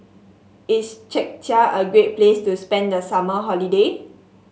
is Czechia a great place to spend the summer holiday